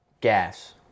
gas